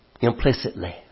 implicitly